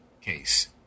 case